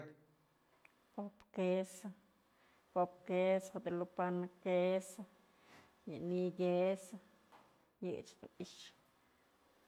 Pop queso, pop´pë queso, guadalupana queso, yë ni'iy quiesë yëyëch dun i'ixë.